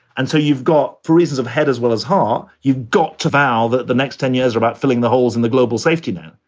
and so you've got four reasons of head as well as ha. you've got to vow that the next ten years are about filling the holes in the global safety net.